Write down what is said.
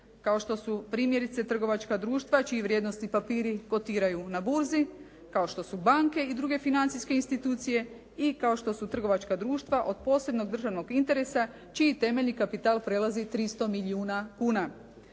kao što su primjerice trgovačka društva čiji vrijednosni papiri kotiraju na burzi, kao što su banke i druge financijske institucije i kao što su trgovačka društva od posebnog državnog interesa čiji temeljni kapital prelazi 300 milijuna kuna.